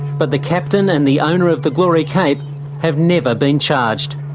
but the captain and the owner of the glory cape have never been charged.